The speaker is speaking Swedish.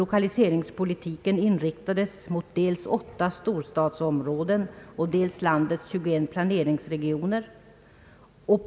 Lokaliseringspolitiken i Frankrike inriktades dels på åtta storstadsområden och dels på landets 21 planeringsregioner.